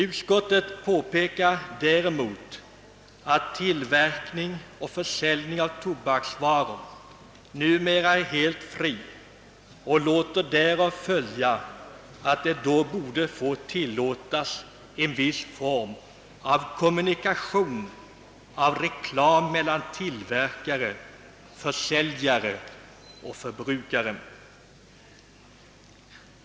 Utskottet påpekar däremot att tillverkning och försäljning av tobaksvaror numera är helt fri och låter därav som slutsats följa, att det borde tillåtas en viss form av kommunikation då det gäller reklam mellan tillverkare, försäljare och förbrukare.